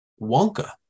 Wonka